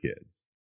kids